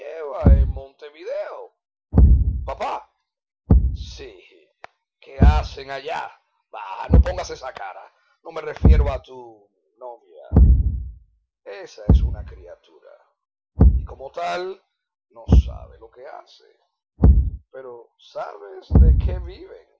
en montevideo papá sí qué hacen allá bah no pongas esa cara no me refiero a tu novia esa es una criatura y como tal no sabe lo que hace pero sabes de qué viven